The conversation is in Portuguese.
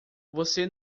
você